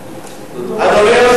אדוני,